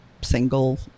single